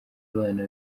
abana